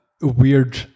weird